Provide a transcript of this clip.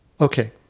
Okay